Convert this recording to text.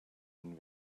den